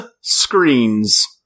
Screens